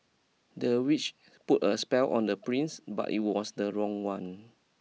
the witch put a spell on the prince but it was the wrong one